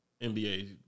NBA